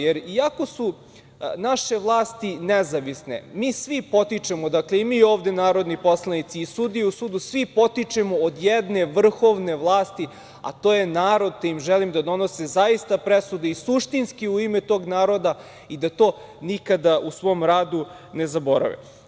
Jer iako su naše vlasti nezavisne, mi svi potičemo, dakle, i mi ovde narodni poslanici i sudije u sudu, svi potičemo od jedne vrhovne vlasti, a to je narod, te im želim da donose zaista presude i suštinski u ime tog naroda i da to nikada u svom radu ne zaborave.